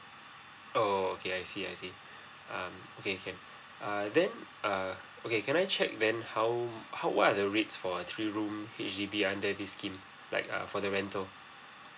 oh okay I see I see um okay can err then err okay can I check then how how what are the rates for three room H_D_B under this scheme like err for the rental